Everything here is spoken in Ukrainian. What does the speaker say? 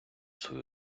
свою